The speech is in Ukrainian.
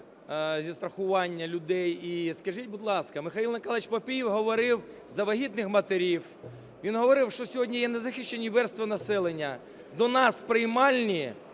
зі страхування людей. І скажіть, будь ласка, Михайло Миколайович Папієв говорив за вагітних матерів, він говорив, що сьогодні є незахищені верстви населення. До нас в приймальні,